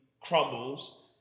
crumbles